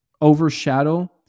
overshadow